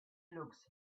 looks